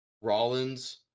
Rollins